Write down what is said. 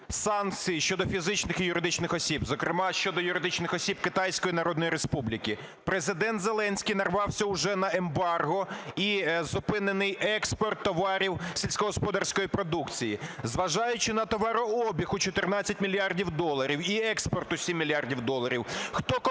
санкції щодо фізичних і юридичних осіб, зокрема щодо юридичних осіб Китайської Народної Республіки. Президент Зеленський нарвався уже на ембарго і зупинений експорт товарів сільськогосподарської продукції. Зважаючи на товарообіг у 14 мільярдів доларів і експорт у 7 мільярдів доларів, хто компенсує